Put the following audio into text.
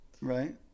right